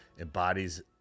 Embodies